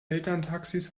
elterntaxis